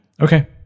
Okay